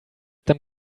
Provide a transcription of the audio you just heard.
them